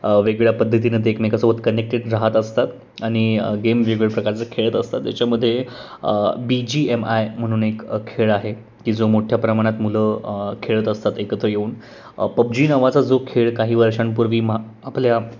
वेगवेगळ्या पद्धतीनं ते एकमेकासोबत कनेक्टेड राहत असतात आणि गेम प्रकारचं खेळत असतात त्याच्यामध्ये बी जी एम आय म्हणून एक खेळ आहे की जो मोठ्या प्रमाणात मुलं खेळत असतात एकत्र येऊन पबजी नवाचा जो खेळ काही वर्षांपूर्वी मा आपल्या